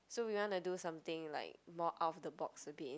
so we wanna do something like more out of the box a bit